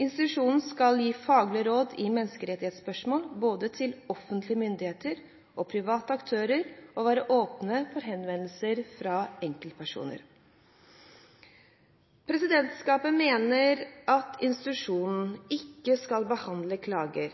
Institusjonen skal gi faglige råd i menneskerettsspørsmål til både offentlige myndigheter og private aktører, og være åpen for henvendelser fra enkeltpersoner. Presidentskapet mener at institusjonen ikke skal behandle klager,